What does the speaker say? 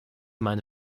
meine